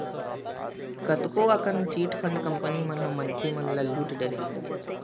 कतको अकन chit fund company मन ह मनखे मन ल लुट डरे हवय